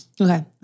Okay